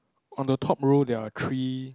on the top row there are three